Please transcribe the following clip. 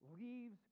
Leaves